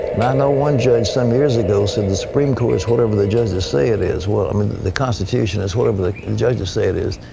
and i know one judge some years ago said the supreme court is whatever the judges say it is i mean the constitution is whatever the and judges say it is.